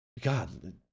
God